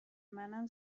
منم